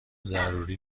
ضروری